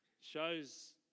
Shows